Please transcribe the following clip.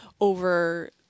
over